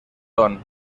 don